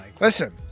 Listen